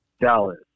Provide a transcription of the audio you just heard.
Dallas